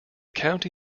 county